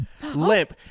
limp